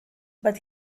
but